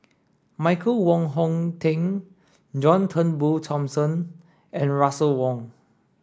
Michael Wong Hong Teng John Turnbull Thomson and Russel Wong